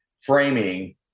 framing